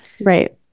Right